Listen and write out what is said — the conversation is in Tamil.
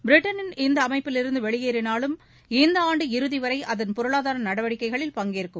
பிரிட்டன் இந்த அமைப்பிலிருந்து வெளியேறினாலும் இந்த ஆண்டு இறுதிவரை அதன் பொருளாதார நடவடிக்கைகளில் பங்கேற்கும்